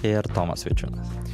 ir tomas vaičiūnas